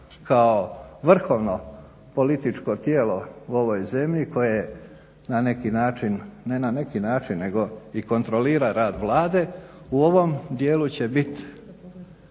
kao vrhovno političko tijelo u ovoj zemlji koje je na neki način, ne na neki način nego i kontrolira rad Vlade u ovom dijelu će biti